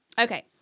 okay